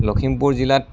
লখিমপুৰ জিলাত